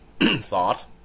thought